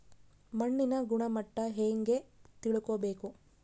ಮಣ್ಣಿನ ಗುಣಮಟ್ಟ ಹೆಂಗೆ ತಿಳ್ಕೊಬೇಕು?